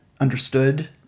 understood